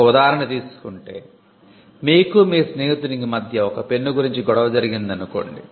ఒక ఉదాహరణ తీసుకుంటే మీకు మీ స్నేహితునికి మధ్య ఒక పెన్ను గురించి గొడవ జరిగిందనుకోండి